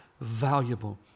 valuable